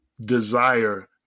desire